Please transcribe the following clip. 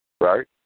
right